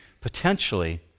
potentially